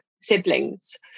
siblings